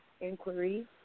Inquiry